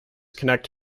connect